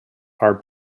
are